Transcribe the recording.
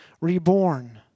reborn